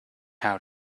how